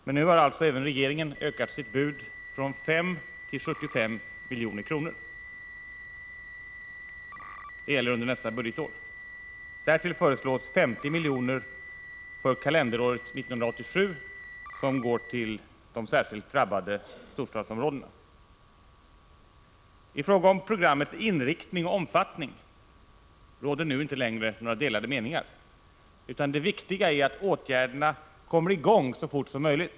Men nu har alltså regeringen höjt sitt bud från 5 milj.kr. till 75 milj.kr. för nästa budgetår. Därtill föreslås ett anslag på 50 miljoner för kalenderåret 1987 till de särskilt drabbade storstadsområdena. I fråga om programmets inriktning och omfattning råder nu inte längre delade meningar, utan det viktiga är att åtgärderna kommer i gång så fort som möjligt.